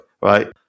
right